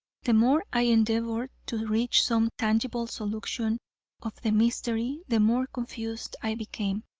the more i endeavored to reach some tangible solution of the mystery, the more confused i became.